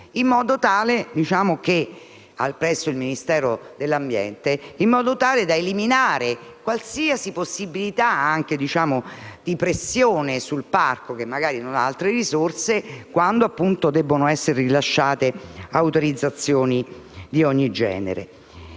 in modo tale da eliminare qualsiasi possibilità di pressione sul parco che magari non ha altre risorse, quando devono essere rilasciate autorizzazioni di ogni genere.